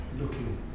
looking